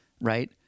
right